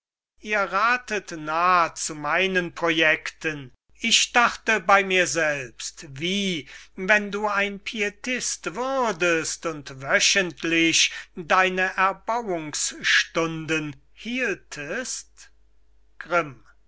ihr rathet nah zu meinen projekten ich dachte bey mir selbst wie wenn du ein pietist würdest und wöchentlich deine erbauungsstunden hieltest grimm